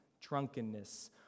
drunkenness